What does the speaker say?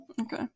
Okay